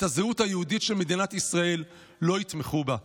הזהות היהודית של מדינת ישראל לא יתמכו בה.